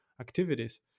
activities